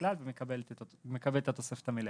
בכלל והוא מקבל את התוספת המלאה.